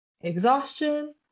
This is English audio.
exhaustion